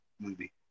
movie